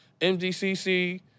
MDCC